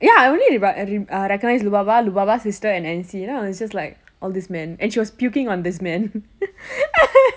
ya I only re~ recognize lubaba lubaba's sister and anncy then I was just like all this men and she was puking on this man